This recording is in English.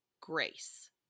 grace